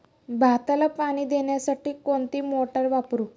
भाताला पाणी देण्यासाठी कोणती मोटार वापरू?